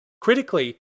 Critically